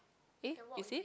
eh is it